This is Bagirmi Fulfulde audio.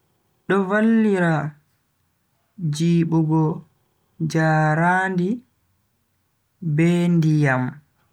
Do vallira jibugo njaraandi be ndiyam.